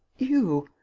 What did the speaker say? you